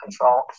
control